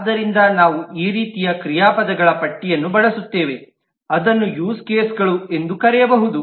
ಆದ್ದರಿಂದ ನಾವು ಈ ರೀತಿಯ ಕ್ರಿಯಾಪದಗಳ ಪಟ್ಟಿಯನ್ನು ಬಳಸುತ್ತೇವೆ ಅದನ್ನು ಯೂಸ್ ಕೇಸ್ಗಳು ಎಂದು ಕರೆಯಬಹುದು